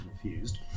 confused